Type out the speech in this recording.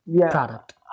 product